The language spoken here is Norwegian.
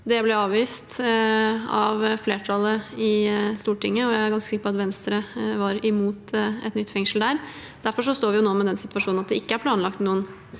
Det ble avvist av flertallet i Stortinget, og jeg er ganske sikker på at Venstre var imot et nytt fengsel der. Derfor er vi nå i den situasjonen at det ikke er planlagt noen